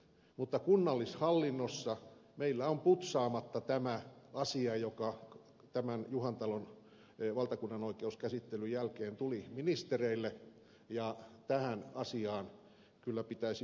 mutta kunnallishallinnossa meillä on putsaamatta tämä asia joka tämän juhantalon valtakunnanoikeuskäsittelyn jälkeen tuli ministereille ja tähän asiaan kyllä pitäisi puuttua